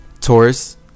taurus